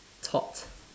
thought